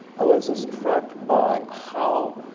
i was struck by how